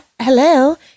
Hello